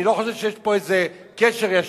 אני לא חושב שיש פה קשר ישיר,